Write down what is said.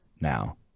now